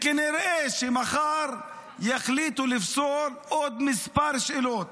כנראה שמחר יחליטו לפסול עוד כמה שאלות,